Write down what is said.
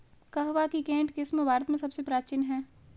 कहवा की केंट किस्म भारत में सबसे प्राचीन है